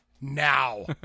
now